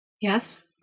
Yes